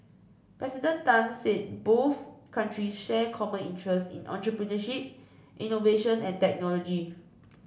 President Tan said both countries share common interests in entrepreneurship innovation and technology